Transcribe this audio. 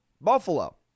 Buffalo